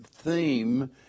theme